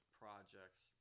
projects